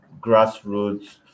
grassroots